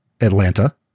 Atlanta